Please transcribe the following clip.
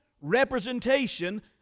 representation